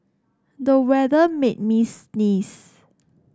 the weather made me sneeze